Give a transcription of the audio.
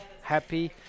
happy